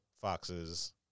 foxes